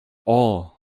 all